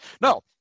no